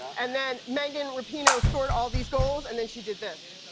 and then megan rapinoe scored all these goals, and then she did this.